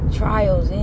trials